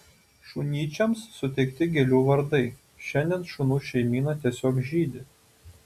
šunyčiams suteikti gėlių vardai šiandien šunų šeimyna tiesiog žydi